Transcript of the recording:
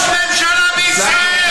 של מדינת ישראל.